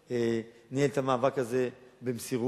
שניהל את המאבק הזה במסירות,